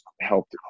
helped